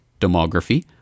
demography